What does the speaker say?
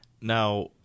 Now